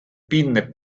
pinne